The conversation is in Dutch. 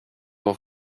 net